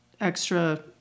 extra